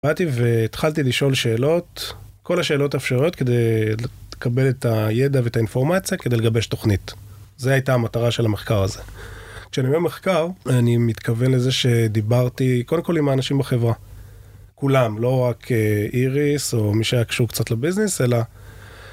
באתי והתחלתי לשאול שאלות, כל השאלות אפשריות כדי לקבל את הידע ואת האינפורמציה כדי לגבש תוכנית. זו הייתה המטרה של המחקר הזה. כשאני עומד מחקר, אני מתכוון לזה שדיברתי קודם כל עם האנשים בחברה. כולם, לא רק איריס או מי שהיה קשור קצת לביזנס, אלא...